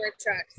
trucks